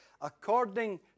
according